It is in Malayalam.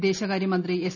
വിദേശകാര്യ മന്ത്രി എസ്